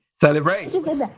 celebrate